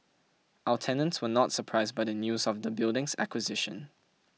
our tenants were not surprised by the news of the building's acquisition